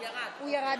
התש"ף